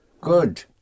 Good